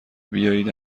بیایید